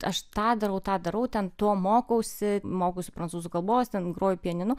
aš tą darau tą darau ten to mokausi mokausi prancūzų kalbos ten groju pianinu